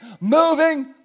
moving